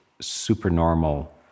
supernormal